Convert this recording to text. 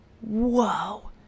Whoa